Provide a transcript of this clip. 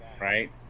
Right